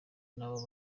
nabo